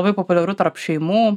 labai populiaru tarp šeimų